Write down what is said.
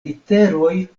literoj